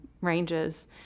ranges